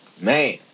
Man